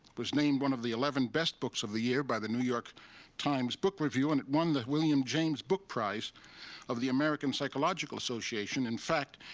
was named one of the eleven best books of the year by the new york times book review and it won the william james book prize of the american psychological association. in fact,